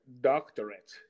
doctorate